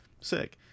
sick